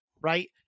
right